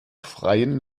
freien